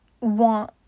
want